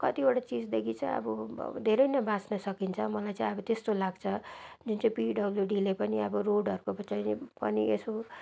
कतिवटा चिजदेखि चाहिँ अब धेरै नै बाच्न सकिन्छ मलाई चाहिँ अब त्यस्तो लाग्छ जुन चाहिँ पिडब्लुडीले पनि अब रोडहरूको चाहिँ जहिले पनि यसो